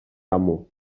amo